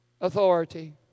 authority